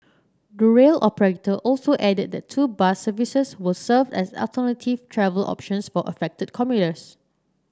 the rail operator also added that two bus services will serve as alternative travel options for affected commuters